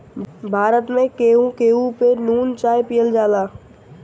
भारत में केहू केहू पे नून चाय पियल जाला